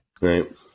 Right